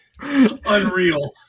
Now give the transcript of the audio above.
Unreal